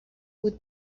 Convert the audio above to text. بود